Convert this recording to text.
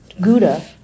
Gouda